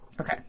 Okay